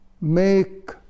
make